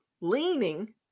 leaning